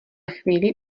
chvíli